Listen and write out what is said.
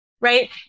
Right